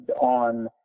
on